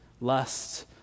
lust